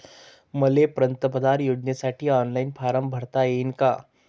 मले पंतप्रधान योजनेसाठी ऑनलाईन फारम भरता येईन का?